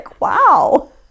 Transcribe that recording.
wow